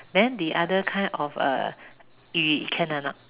then the other kind of uh 语: yu can or not